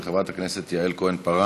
של חברת הכנסת יעל כהן-פארן.